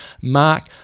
Mark